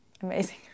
amazing